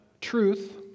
truth